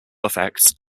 effects